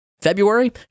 February